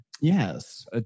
Yes